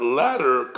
ladder